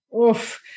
Oof